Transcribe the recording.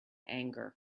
anger